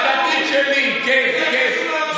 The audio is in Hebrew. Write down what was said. הדתית שלי, כן, כן.